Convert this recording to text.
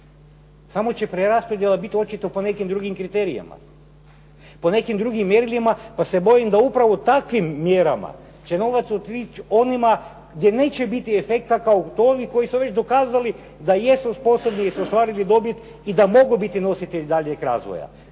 Samo će preraspodjela biti očito po nekim drugim kriterijima, po nekim drugim mjerilima, pa se bojim da upravo takvim mjerama će novac otići onima gdje neće biti efekata kao kod ovih koji su već dokazali da jesu sposobni, jer su ostvarili dobit i da mogu biti nositelji daljeg razvoja.